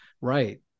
right